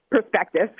perspective